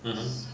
mmhmm